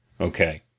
Okay